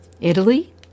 Italy